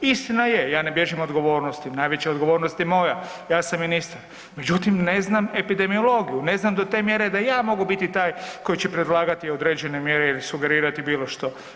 Istina je, ja ne bježim od odgovornosti, najveća odgovornost je moja, ja sam ministar, međutim ne znam epidemiologiju, ne znam do te mjere da i ja mogu biti taj koji će predlagati određene mjere ili sugerirati bilo što.